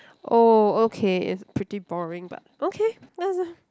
oh okay it's pretty boring but okay